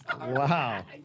Wow